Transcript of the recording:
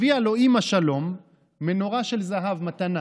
הביאה לו אימא שלום מנורה של זהב מתנה